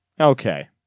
Okay